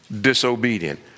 disobedient